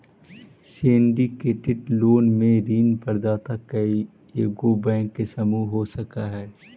syndicated loan में ऋण प्रदाता कइएगो बैंक के समूह हो सकऽ हई